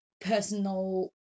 personal